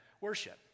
worship